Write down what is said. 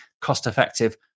cost-effective